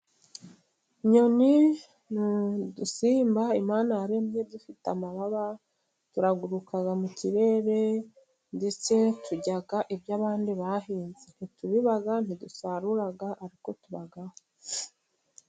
Inyoni ni udusimba Imana yaremye, dufite amababa turaguruka mu kirere, ndetse turya iby'abantu bahinze, nti tubiba nti dusarura ariko tubaho.